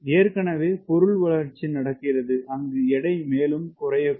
ஏற்கனவே பொருள் வளர்ச்சி நடக்கிறது அங்கு எடை மேலும் குறையக்கூடும்